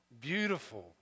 beautiful